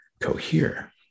cohere